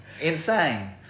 Insane